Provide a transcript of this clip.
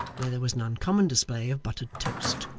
where there was an uncommon display of buttered toast,